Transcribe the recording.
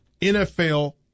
NFL